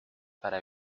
para